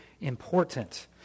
important